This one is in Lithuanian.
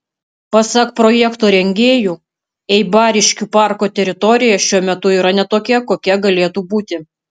pasak projekto rengėjų eibariškių parko teritorija šiuo metu yra ne tokia kokia galėtų būti